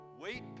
Wait